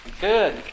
Good